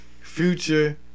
Future